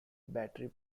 battery